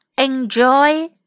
enjoy